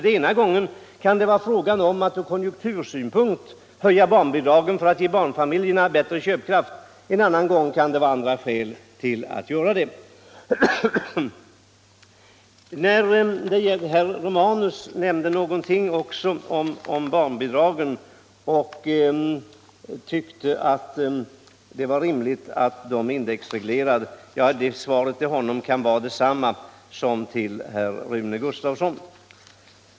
Den ena gången kan det vara fråga om att ur konjunktursynpunkt höja barnbidragen för att ge barnfamiljerna bättre köpkraft. En annan gång kan det finnas andra skäl till en höjning. Herr Romanus nämnde också någonting om barnbidragen och tyckte att det var rimligt att de indexreglerades. Svaret till honom kan vara detsamma som till herr Rune Gustavsson.